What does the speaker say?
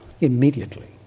immediately